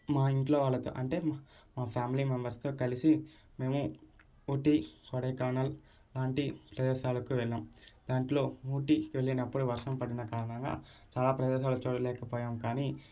మా ఇంట్లో వాళ్ళతో అంటే మా ఫ్యామిలీ మెంబర్స్తో కలిసి మేము ఊటీ కొడైకెనాల్ లాంటి ప్రదేశాలకు వెళ్లాం దాంట్లో ఊటీకి వెళ్ళినప్పుడు వర్షం పడిన కారణంగా చాలా ప్రదేశాలు చూడలేకపోయాం కానీ